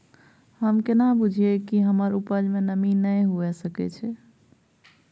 हम केना बुझीये कि हमर उपज में नमी नय हुए सके छै?